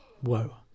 whoa